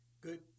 good